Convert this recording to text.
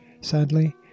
Sadly